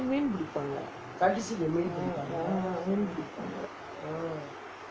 மீன் பிடிப்பாங்கே:meen pidippangae